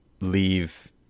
leave